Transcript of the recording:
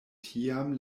tiam